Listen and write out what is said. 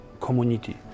community